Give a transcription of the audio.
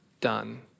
done